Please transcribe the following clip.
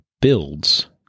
builds